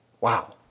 Wow